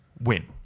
win